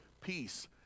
peace